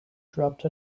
dropped